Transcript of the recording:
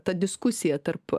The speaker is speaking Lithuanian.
ta diskusija tarp